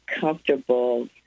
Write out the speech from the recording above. comfortable